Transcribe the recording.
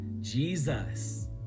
Jesus